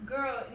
Girl